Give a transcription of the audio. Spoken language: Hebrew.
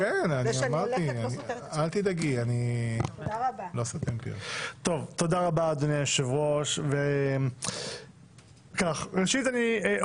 ומה הם הנושאים שאושרו בסוף על סדר יומה של הכנסת כהצעות דחופות